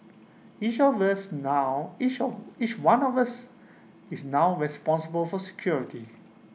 each of us now is A is one of us is now responsible for security